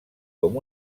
com